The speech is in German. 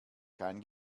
kein